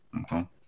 Okay